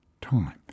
time